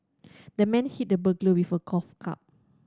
the man hit the burglar with a golf club